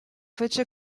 fece